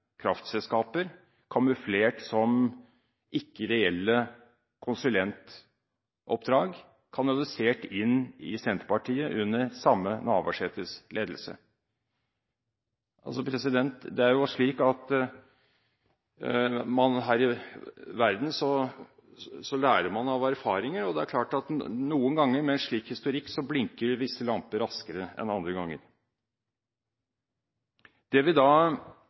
kraftselskaper, kamuflert som ikke reelle konsulentoppdrag, kanalisert inn i Senterpartiet under den samme Navarsetes ledelse. Man lærer jo av erfaringer her i verden, og det er klart at noen ganger, med en slik historikk, blinker noen lamper raskere enn andre